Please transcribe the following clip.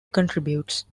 contributes